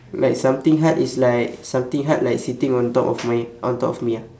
like something hard is like something hard like sitting on top of my on top of me ah